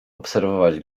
obserwować